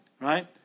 Right